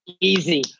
Easy